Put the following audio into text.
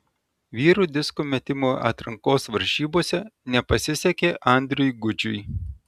vyrų disko metimo atrankos varžybose nepasisekė andriui gudžiui